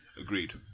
Agreed